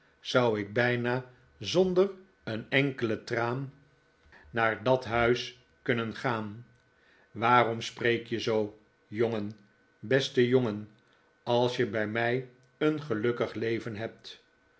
zou ik bijna zonder een enkelen traan naar dat thuis kunnen gaan waarom spreek je zoo jongen beste jongen als je bij mij een gelukkig leven hebt